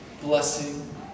blessing